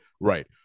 right